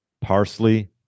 parsley